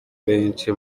benshi